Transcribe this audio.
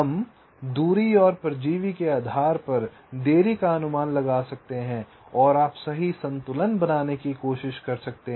हम दूरी और परजीवी के आधार पर देरी का अनुमान लगा सकते हैं और आप सही संतुलन बनाने की कोशिश कर सकते हैं